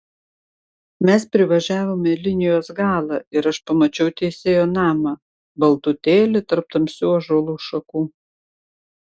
mes privažiavome linijos galą ir aš pamačiau teisėjo namą baltutėlį tarp tamsių ąžuolų šakų